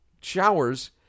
showers